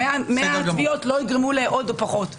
100 תביעות לא יגרמו לעוד או לפחות.